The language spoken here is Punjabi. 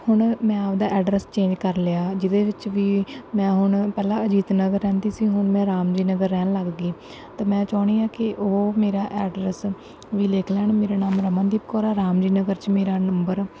ਹੁਣ ਮੈਂ ਆਪਦਾ ਐਡਰੈਸ ਚੇਂਜ ਕਰ ਲਿਆ ਜਿਹਦੇ ਵਿੱਚ ਵੀ ਮੈਂ ਹੁਣ ਪਹਿਲਾਂ ਅਜੀਤ ਨਗਰ ਰਹਿੰਦੀ ਸੀ ਹੁਣ ਮੈਂ ਰਾਮ ਜੀ ਨਗਰ ਰਹਿਣ ਲੱਗ ਗਈ ਅਤੇ ਮੈਂ ਚਾਹੁੰਦੀ ਹਾਂ ਕਿ ਉਹ ਮੇਰਾ ਐਡਰੈਸ ਵੀ ਲਿਖ ਲੈਣ ਮੇਰਾ ਨਾਮ ਰਮਨਦੀਪ ਕੌਰ ਆ ਰਾਮ ਜੀ ਨਗਰ 'ਚ ਮੇਰਾ ਨੰਬਰ